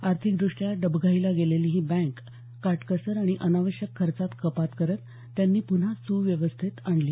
आर्थिकदृष्ट्या डबघाईला गेलेली ही बँक काटकसर आणि अनावश्यक खर्चात कपात करत त्यांनी पुन्हा सुव्यवस्थेत आणली